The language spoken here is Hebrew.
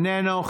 איננו,